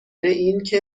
اینکه